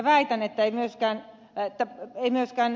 väitän että ei myöskään ed